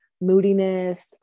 moodiness